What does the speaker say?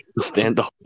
standoff